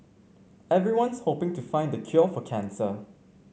everyone's hoping to find the cure for cancer